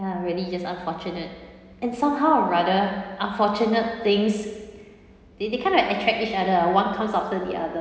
ya really just unfortunate and somehow rather unfortunate things they they kind of attract each other one comes after the other